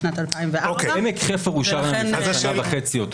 בשנת 2004. עמק חפר אושר לפני שנה חצי.